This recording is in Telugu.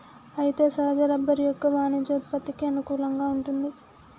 అయితే సహజ రబ్బరు యొక్క వాణిజ్య ఉత్పత్తికి అనుకూలంగా వుంటుంది